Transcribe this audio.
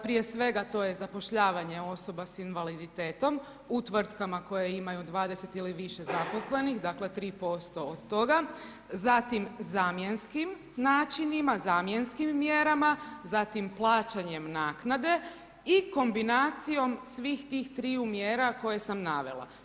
Prije svega to je zapošljavanje osoba sa invaliditetom u tvrtkama koje imaju 20 ili više zaposlenih dakle 3% od toga, zatim zamjenskim načinima, zamjenskim mjerama, zatim plaćanjem naknade i kombinacijom svih tih triju mjeru koje sam navela.